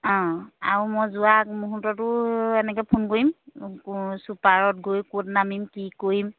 অঁ আৰু মই যোৱা আগমুহূৰ্ততো এনেকৈ ফোন কৰিম ছুপাৰত গৈ ক'ত নামিম কি কৰিম